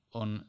on